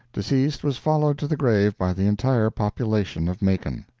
deceased was followed to the grave by the entire population of macon.